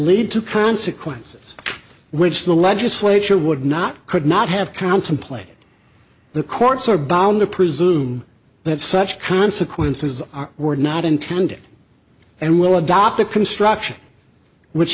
lead to consequences which the legislature would not could not have contemplated the courts are bound to presume that such consequences are were not intended and will adopt a construction which